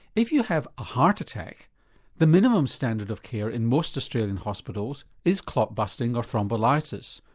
if you have a heart attack the minimum standard of care in most australian hospitals is clot busting or thrombolysis,